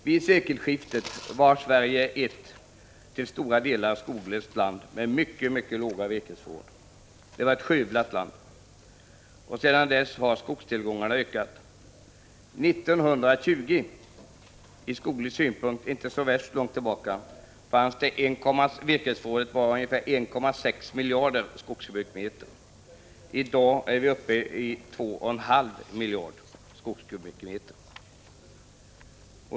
Vid sekelskiftet var Sverige ett till stora delar skoglöst land med mycket låga virkesförråd. Det var ett skövlat land. Sedan dess har skogstillgångarna ökat. År 1920, ur skoglig synpunkt inte så särskilt lång tid tillbaka, var virkesförrådet ungefär 1,6 miljarder skogskubikmeter. I dag är vi uppe i 2,5 miljarder skogskubikmeter.